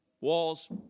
walls